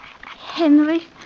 Henry